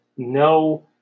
No